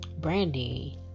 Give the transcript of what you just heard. Brandy